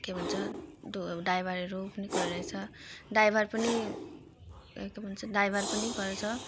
के भन्छ डो अब ड्राइभरहरू पनि गरिरहेछ ड्राइभर पनि अनि के भन्छ ड्राइभर पनि गरेको छ